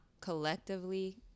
collectively